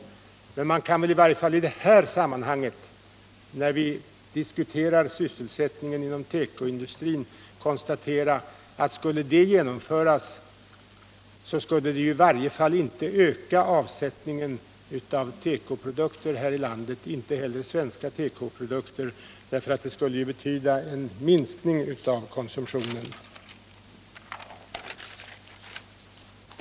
Men man kan väl åtminstone i det här sammanhanget, när vi diskuterar sysselsättningen inom tekoindustrin, konstatera att skulle det genomföras, skulle det i varje fall inte öka avsättningen av tekoprodukter här i landet — inte heller av svenska tekoprodukter — eftersom det skulle betyda en minskning av konsumtionen.